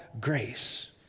grace